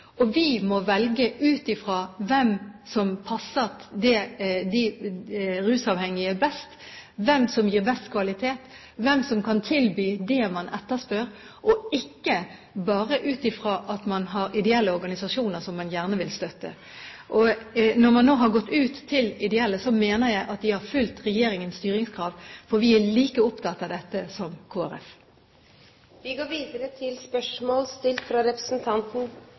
Vi må velge ut fra hvem som passer de rusavhengige best, hvem som gir best kvalitet, hvem som kan tilby det man etterspør, og ikke bare ut fra at man har ideelle organisasjoner som man gjerne vil støtte. Når man nå har gått ut til ideelle, mener jeg at man har fulgt regjeringens styringskrav, for vi er like opptatt av dette som Kristelig Folkeparti. Eg har gleda av å stille følgjande spørsmål